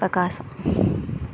ప్రకాశం